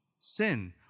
sin